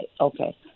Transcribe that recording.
okay